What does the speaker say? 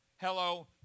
Hello